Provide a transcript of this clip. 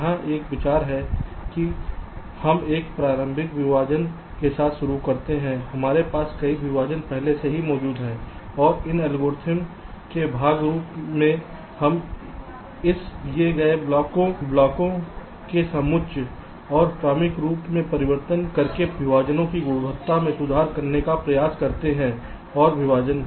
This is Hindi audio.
यहाँ यह विचार है कि हम एक प्रारंभिक विभाजन के साथ शुरू करते हैं हमारे पास कई विभाजन पहले से ही मौजूद हैं और इन एल्गोरिदम के भाग के रूप में हम इस दिए गए ब्लॉकों के समुच्चय और क्रमिक रूप से परिवर्तन करके विभाजनों की गुणवत्ता में सुधार करने का प्रयास करते हैं और विभाजन